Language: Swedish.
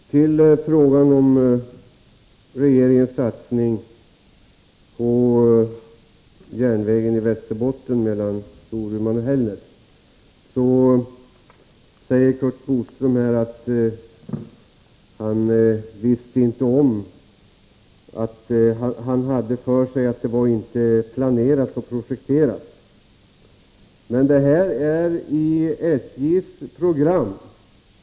Herr talman! Beträffande frågan om regeringens satsning på järnvägen i Västerbotten mellan Storuman och Hällnäs, sade Curt Boström att han hade för sig att denna satsning inte var planerad och projekterad. Men denna satsning finns med i SJ:s program.